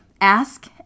ask